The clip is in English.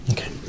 Okay